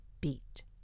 Beat